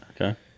Okay